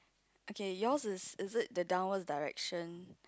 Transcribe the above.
okay yours is is it the downward direction